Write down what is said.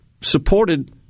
supported